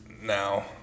now